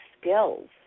skills